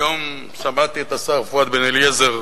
היום שמעתי את השר פואד בן-אליעזר,